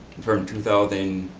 from two thousand and